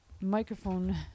microphone